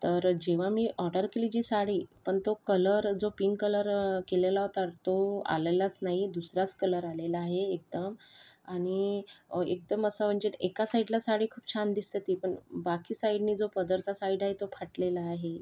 तर जेव्हा मी ऑर्डर केली जी साडी पण तो कलर जो पिंक कलर केलेला होता तो आलेलाच नाही दुसराच कलर आलेला आहे एकदम आणि एकदम असं म्हणजे एका साईडला साडी खूप छान दिसते ती पण बाकी साईडनी जो पदरचा साईड आहे तो फाटलेला आहे